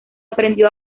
aprendió